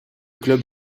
club